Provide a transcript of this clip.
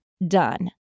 Done